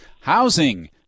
housing